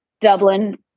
Dublin